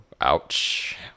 ouch